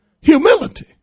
Humility